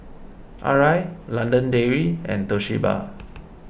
Arai London Dairy and Toshiba